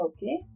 Okay